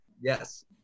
Yes